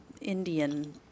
Indian